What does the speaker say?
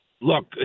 Look